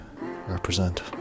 represent